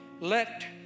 let